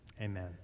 amen